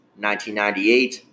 1998